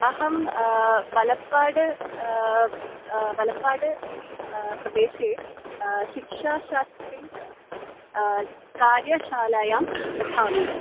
अहं बलप्पाड् बलपाड् इति प्रदेशे शिक्षाशास्त्री कार्यशालायां पठामि